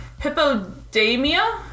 Hippodamia